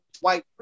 White